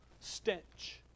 stench